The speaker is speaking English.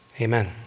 amen